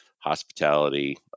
hospitality